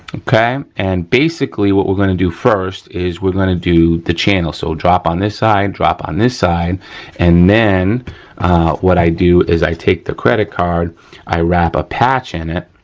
okay and basically what we're gonna do first is we're gonna do the channel, so a drop on this side, drop on this side and then what i do is i take the credit card, i wrap a patch in it,